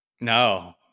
No